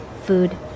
food